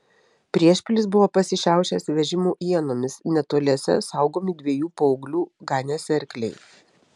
priešpilis buvo pasišiaušęs vežimų ienomis netoliese saugomi dviejų paauglių ganėsi arkliai